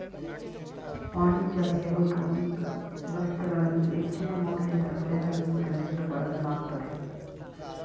ವಾಣಿಜ್ಯ ಏರೋಪೋನಿಕ್ ವ್ಯವಸ್ಥೆಗಳನ್ನು ಹೆಚ್ಚಿನ ಮೌಲ್ಯದ ಬೆಳೆಗಳನ್ನು ಬೆಳೆಸಲು ಬಳಸಲಾಗ್ತತೆ